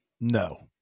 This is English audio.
No